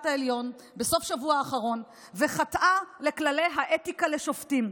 העליון בסוף השבוע האחרון וחטאה לכללי האתיקה לשופטים.